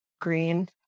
Green